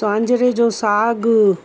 स्वांजरे जो साग